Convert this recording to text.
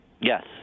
Yes